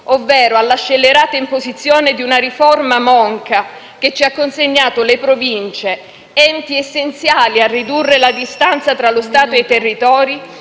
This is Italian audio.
ovvero alla scellerata imposizione di una riforma monca che ha reso le Province, enti essenziali a ridurre la distanza tra lo Stato e i territori,